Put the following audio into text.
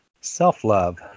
self-love